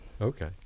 Okay